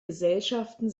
gesellschaften